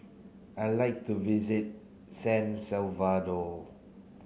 I like to visit San Salvador